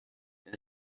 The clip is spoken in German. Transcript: den